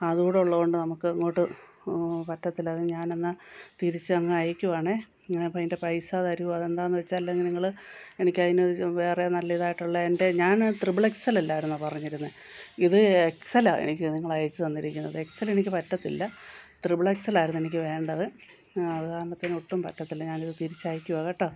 അതു കൂടി ഉള്ളതു കൊണ്ട് നമുക്ക് അങ്ങോട്ടു പറ്റത്തില്ല അതു ഞാനെന്നാ തിരിച്ചങ്ങ് അയക്കുവാണേ അപ്പോൾ എൻ്റെ പൈസ തരുമോ അതെന്താണെന്നു വെച്ചാൽ നിങ്ങൾ എനിക്ക് അതിനൊരു വേറെ നല്ല ഇതായിട്ടുള്ള എൻ്റെ ഞാൻ ത്രിപ്പിൾ എക്സലല്ലായിരുന്നോ പറഞ്ഞിരുന്നത് ഇത് എക്സെലാണ് എനിക്ക് നിങ്ങൾ അയച്ചു തന്നിരിക്കുന്നത് എക്സെലെനിക്കു പറ്റത്തില്ല ത്രിബിൾ എക്സെലായിരുന്നു എനിക്കു വേണ്ടത് അതു കാരണത്തേനും ഒട്ടും പറ്റത്തില്ല ഞാനിതു തിരിച്ചയക്കുവാ കേട്ടോ